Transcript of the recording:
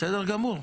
בסדר גמור.